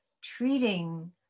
treating